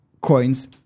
coins